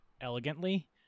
elegantly